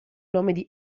nome